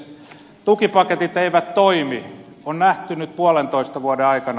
tukipaketit eivät toimi se on nähty nyt puolentoista vuoden aikana